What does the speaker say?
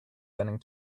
bending